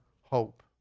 hope